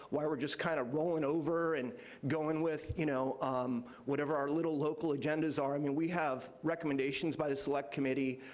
why we're just kind of rolling over and going with you know um whatever our little local agendas are. i mean we have recommendations by the select committee.